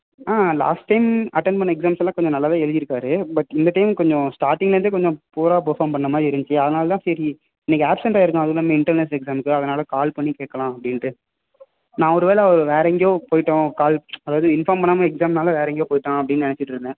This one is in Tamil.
ஆ லாஸ்ட் டைம் அட்டண்ட் பண்ண எக்ஸாம்ஸெல்லாம் கொஞ்சம் நல்லா தான் எழுதியிருக்காரு பட் இந்த டைம் கொஞ்சம் ஸ்டார்டிங்லிருந்தே கொஞ்சம் புவராக பர்ஃபார்ம் பண்ண மாதிரி இருந்துச்சி அதனால் தான் சரி இன்றைக்கு ஆப்சென்ட் ஆகிருக்கான் அதுயில்லாம இன்டர்னல்ஸ் எக்ஸாமுக்கு அதனால் கால் பண்ணி கேட்கலாம் அப்படின்ட்டு நான் ஒரு வேளை அவர் வேறு எங்கேயோ போய்விட்டான் கால் அதாவது இன்ஃபார்ம் பண்ணாமல் எக்ஸாம்னால் வேறு எங்கேயோ போய்விட்டான் அப்படின்னு நினைச்சிட்ருந்தேன்